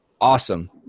awesome